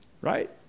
right